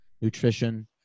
nutrition